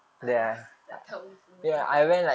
tak tahu tak tahu semua tempat tu